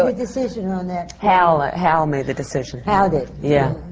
ah decision on that? hal hal made the decision. hal did? yeah.